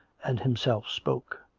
and himself spoke.